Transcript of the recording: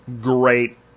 great